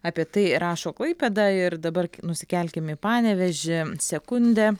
apie tai rašo klaipėda ir dabar nusikelkim į panevėžį sekundė